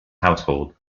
household